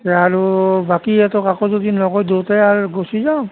আৰু বাকী এইটো কাকো যদি নকয় দুইটাই আৰু গুছি যাও